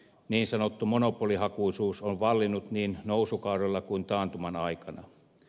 niin sanottu monopolihakuisuus on vallinnut niin nousukaudella kuin taantuman aikana